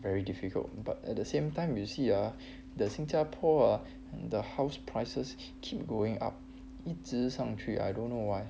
very difficult but at the same time you see ah the 新加坡 ah the house prices keep going up 一直上去 I don't know why